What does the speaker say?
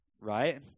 Right